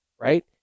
right